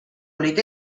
olid